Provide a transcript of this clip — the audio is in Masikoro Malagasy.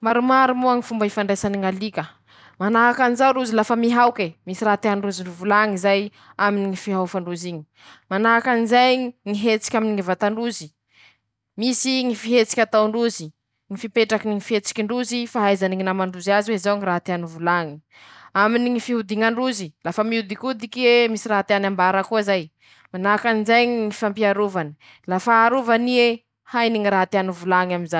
Maromaro ñy fomba ifandraisany ñalika: - Manahaky anizao rozy lafa mihaoky eee, misy raha tean-drozy ho volañy zay, aminy ñy fihaofa ndrozy iñy.- Manahaky anizay ñy hetsiky aminy ñy vatandrozy, misy ñy fihetsiky atao ndrozy ñy fipetraky ñy fihetsiky ndrozy, fa ahaizany ñy namandrozy azy hoe" zao" ñy raha teany ho volañy. - Aminy ñy fiodigna ndrozy; lafa miodikodiky ieeee, misy raha teany hambara koa zay.- Manahaky anizay ñy fifampiarovany, lafa arovany iiiieeee, hainy ñy raha tiany ho volañy amizay.